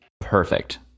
perfect